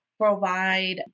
provide